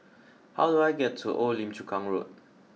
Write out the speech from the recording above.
how do I get to Old Lim Chu Kang Road